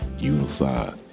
unify